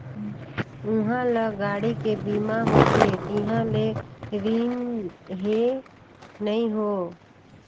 उहां ल गाड़ी के बीमा होथे तिहां ले रिन हें नई हों